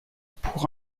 pour